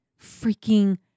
freaking